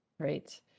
Great